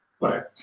Right